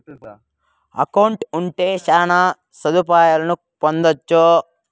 account ఉంటే శ్యాన సదుపాయాలను పొందొచ్చు